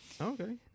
Okay